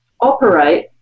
operate